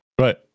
right